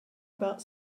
about